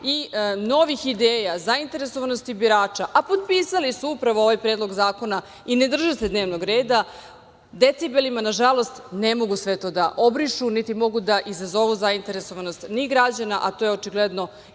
i novih ideja, zainteresovanosti birača, a potpisali su ovaj Predlog zakona i ne drže se dnevnog reda. Decibelima nažalost ne mogu sve to da obrišu, niti mogu da izazovu zainteresovanost ni građana, a to je očigledno